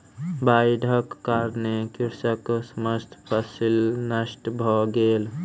बाइढ़क कारणेँ कृषकक समस्त फसिल नष्ट भ गेल